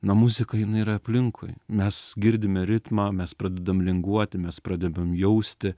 na muzika jinai yra aplinkui mes girdime ritmą mes pradedam linguoti mes pradedam jausti